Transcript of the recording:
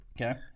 Okay